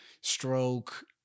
stroke